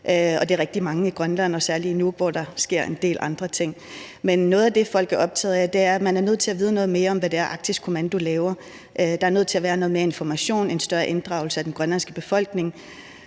det er rigtig mange i Grønland, og særlig i Nuuk, hvor der sker en del andre ting. Men noget af det, folk er optaget af, er, at man er nødt til at vide noget mere om, hvad det er, Arktisk Kommando laver. Der er nødt til at være noget mere information og en større inddragelse af den grønlandske befolkning.